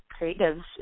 creatives